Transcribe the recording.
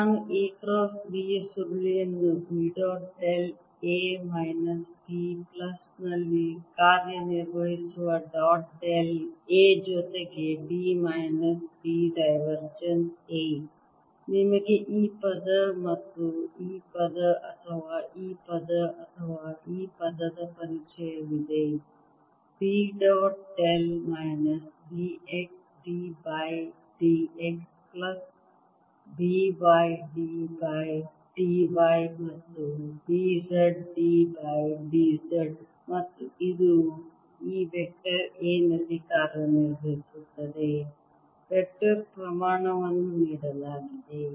ನಾನು A cross B ಯ ಸುರುಳಿಯನ್ನು B dot del A minus B plus ನಲ್ಲಿ ಕಾರ್ಯನಿರ್ವಹಿಸುವ ಡಾಟ್ ಡೆಲ್ A ಜೊತೆಗೆ B minus B divergence A ನಿಮಗೆ ಈ ಪದ ಮತ್ತು ಈ ಪದ ಅಥವಾ ಈ ಪದ ಅಥವಾ ಈ ಪದದ ಪರಿಚಯವಿದೆ B dot del minus B x D by D x plus B y D by D y ಮತ್ತು B z D by D z ಮತ್ತು ಇದು ಈ ವೆಕ್ಟರ್ A ನಲ್ಲಿ ಕಾರ್ಯನಿರ್ವಹಿಸುತ್ತದೆ ವೆಕ್ಟರ್ ಪ್ರಮಾಣವನ್ನು ನೀಡಲಾಗಿದೆ